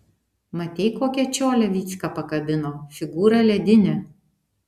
matei kokią čiolę vycka pakabino figūra ledinė